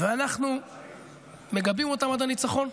ואנחנו מגבים אותם עד הניצחון,